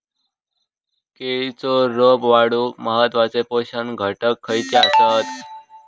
केळी रोपा वाढूक महत्वाचे पोषक घटक खयचे आसत?